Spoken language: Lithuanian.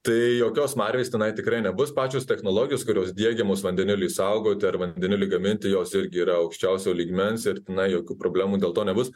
tai jokios smarvės tenai tikrai nebus pačios technologijos kurios diegiamos vandeniliui saugoti ar vandenilį gaminti jos irgi yra aukščiausio lygmens ir tenai jokių problemų dėl to nebus